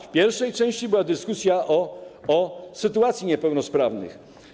W pierwszej części była dyskusja o sytuacji niepełnosprawnych.